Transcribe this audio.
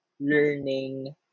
learning